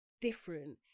different